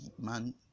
man